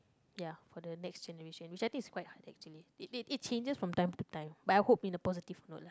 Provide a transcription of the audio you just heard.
ya for the next generation which I think is quite hard actually it it changes from time to time but I hope in a positive note lah